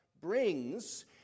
brings